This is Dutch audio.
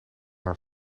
haar